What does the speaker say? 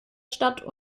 stadt